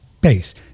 base